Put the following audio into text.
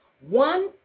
one